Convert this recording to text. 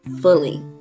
fully